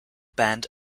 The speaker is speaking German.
band